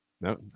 No